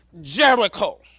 Jericho